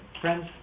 friends